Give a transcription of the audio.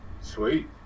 sweet